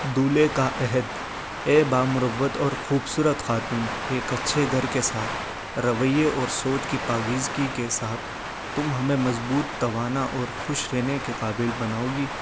دولہے کا عہد اے بامروت اور خوبصورت خاتون ایک اچھے گھر کے ساتھ رویے اور سوچ کی پاکیزگی کے ساتھ تم ہمیں مضبوط توانا اور خوش رہنے کے قابل بناؤ گی